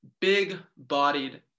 Big-bodied